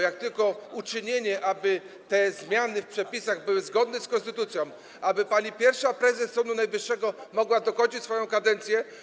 jak tylko uczynienie, aby te zmiany w przepisach były zgodne z konstytucją, aby pani pierwsza prezes Sądu Najwyższego mogła dokończyć swoją kadencję.